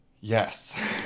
Yes